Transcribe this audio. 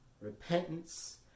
repentance